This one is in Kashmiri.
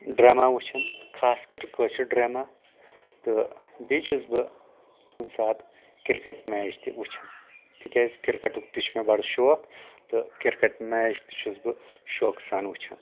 ڈراما وٕچھان خاص کر کٲشُر ڈراما تہٕ بیٚیہِ چھُس بہٕ کُنہِ ساتہٕ کرکٹ میچ تہِ وٕچھان تِکیٛازِ کرکٹُک تہِ چھُ مےٚ بڑٕ شوق تہٕ کِرکٹ میچ تہِ چھُس بہٕ شوقہٕ سان وٕچھان